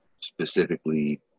specifically